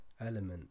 element